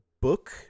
book